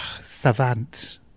savant